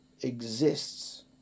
exists